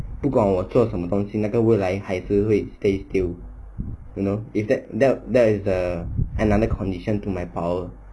不管我做什么东西那个未来还是会 stay still you know if that that is the the another condition to my power